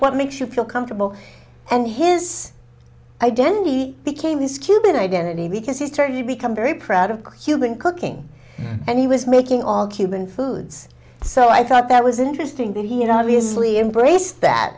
what makes you feel comfortable and his identity became this cuban identity because he started to become very proud of cuban cooking and he was making all cuban foods so i thought that was interesting that he you know obviously embrace that